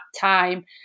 time